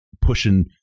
pushing